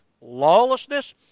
lawlessness